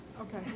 Okay